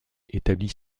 établit